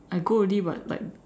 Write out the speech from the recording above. I go already but like